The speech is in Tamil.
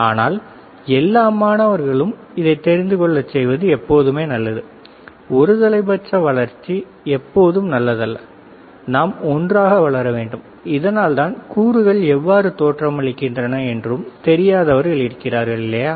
ஆனால் எல்லா மாணவர்களையும் இதை தெரிந்துகொள்ள செய்வது எப்போதுமே நல்லது ஒருதலைப்பட்ச வளர்ச்சி என்பது நல்லதல்ல நாம் ஒன்றாக வளர வேண்டும் அதனால்தான் கூறுகள் எவ்வாறு தோற்றமளிக்கின்றன என்றும் தெரியாதவர்கள் இருக்கிறார்கள் இல்லையா